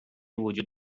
وجود